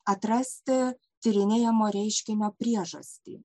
atrasti tyrinėjamo reiškinio priežastį